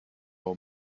all